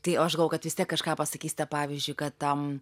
tai o aš galvojau kad vis tiek kažką pasakysite pavyzdžiui kad tam